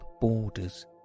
borders